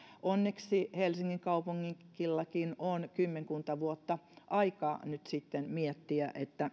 onneksi helsingin kaupungillakin on kymmenkunta vuotta aikaa nyt sitten miettiä